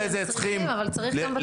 אני לא אמרתי, הם צריכים, אבל צריך גם בצפון.